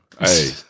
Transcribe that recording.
Hey